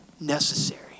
necessary